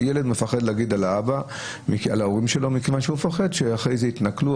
הילד מפחד להגיד על ההורים שלו מכיוון שהוא מפחד שאחרי זה יתנכלו.